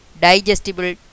digestible